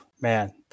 man